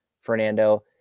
Fernando